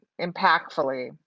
impactfully